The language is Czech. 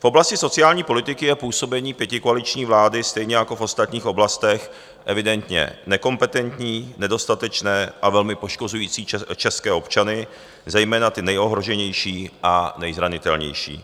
V oblasti sociální politiky je působení pětikoaliční vlády stejně jako v ostatních oblastech evidentně nekompetentní, nedostatečné a velmi poškozující české občany, zejména ty nejohroženější a nezranitelnější.